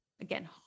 Again